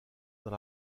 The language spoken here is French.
dans